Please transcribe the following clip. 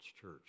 Church